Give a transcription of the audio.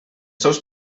seus